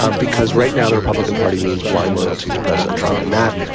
um because right now the republican party means blind loyalty to president trump and that.